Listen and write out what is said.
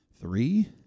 three